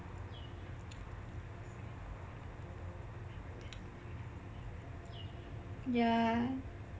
yah